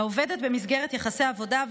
לעובדת במסגרת יחסי עבודה,